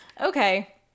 Okay